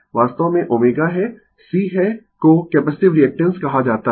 वास्तव में ω है C है को कैपेसिटिव रीएक्टेन्स कहा जाता है